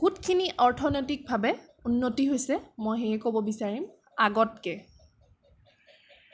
বহুতখিনি অৰ্থনৈতিকভাৱে উন্নতি হৈছে মই এইখিনিয়ে ক'ব বিচাৰিম আগতকে